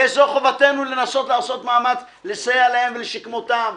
וזו חובתנו לנסות לעשות מאמץ לסייע להם ולשכמותם.